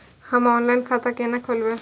हम ऑनलाइन खाता केना खोलैब?